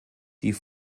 die